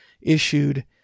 issued